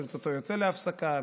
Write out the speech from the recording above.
ברצותו יוצא להפסקה,